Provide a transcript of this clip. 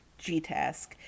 gtask